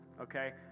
Okay